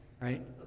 right